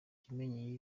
kimenyi